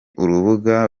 urubuga